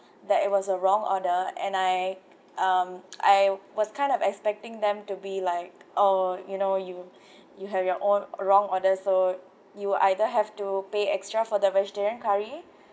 that it was a wrong order and I um I was kind of expecting them to be like oh you know you you have your own wrong order so you either have to pay extra for the vegetarian curry